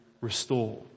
restore